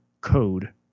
code